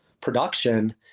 production